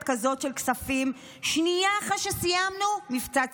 כזאת של כספים שנייה אחרי שסיימנו מבצע צבאי?